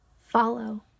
follow